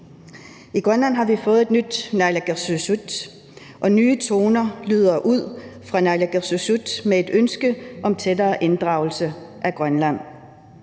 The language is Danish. I Grønland har vi fået et nyt naalakkersuisut, og nye toner lyder ud fra dette naalakkersuisut med et ønske om tættere inddragelse af Grønland.